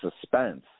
suspense